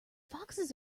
foxes